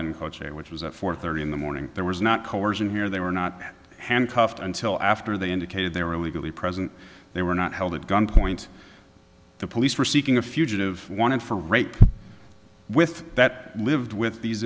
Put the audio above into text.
cochair which was at four thirty in the morning there was not coercion here they were not handcuffed until after they indicated they were illegally present they were not held at gunpoint the police were seeking a fugitive wanted for rape with that lived with these